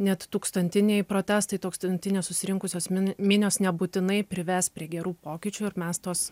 net tūkstantiniai protestai tūkstantinės susirinkusios minios nebūtinai prives prie gerų pokyčių ir mes tuos